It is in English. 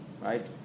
right